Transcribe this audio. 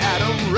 Adam